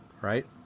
right